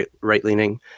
right-leaning